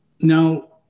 Now